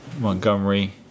montgomery